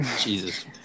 Jesus